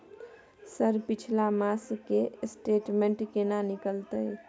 Sir पिछला मास के स्टेटमेंट केना निकलते?